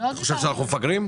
אתה חושב שאנחנו מפגרים?